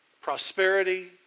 prosperity